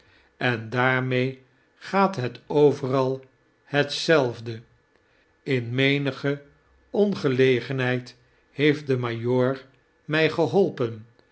en daarmee gaathet overal hetzelfde in menige ongelegenheid heeft de majoor mtj geholpen